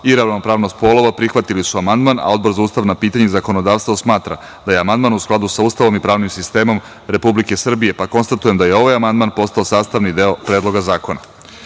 i ravnopravnost polova prihvatili su amandman, a Odbor za ustavna pitanja i zakonodavstvo smatra da je amandman u skladu sa Ustavom i pravnim sistemom Republike Srbije, pa konstatujem da je ovaj amandman postao sastavni deo Predloga zakona. Na